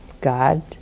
God